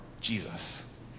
Jesus